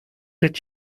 did